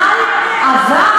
אבל את מסלפת.